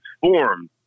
formed